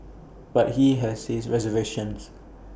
but he has his reservations